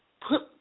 put